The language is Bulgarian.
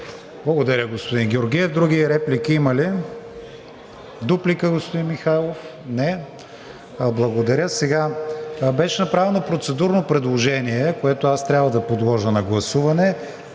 Благодаря, господин Георгиев. Други реплики има ли? Дуплика, господин Михайлов? Не. Благодаря. Беше направено процедурно предложение, което аз трябва да подложа на гласуване,